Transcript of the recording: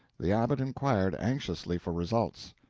the abbot inquired anxiously for results.